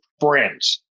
friends